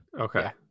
Okay